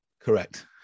correct